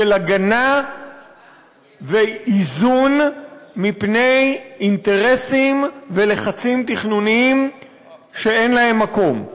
של הגנה ואיזון מפני אינטרסים ולחצים תכנוניים שאין להם מקום.